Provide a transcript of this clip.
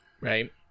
Right